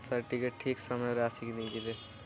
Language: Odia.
ସାର୍ ଟିକେ ଠିକ୍ ସମୟରେ ଆସିକି ନେଇଯିବେ